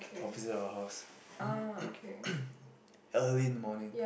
opposite our house early in the morning